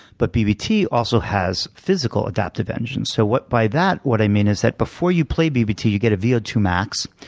but bbt also has physical-adaptive engines. so, by that, what i mean is that before you play bbt, you get a v o two max,